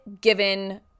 given